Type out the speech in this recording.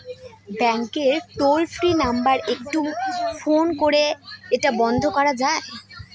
ব্যাংকের toll free number একটু phone করে এটা বন্ধ করা যায়?